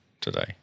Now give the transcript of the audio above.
today